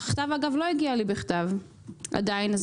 אגב, לא הגיע לי בכתב עדיין.